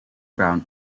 brown